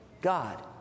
God